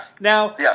Now